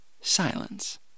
silence